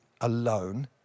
alone